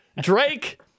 Drake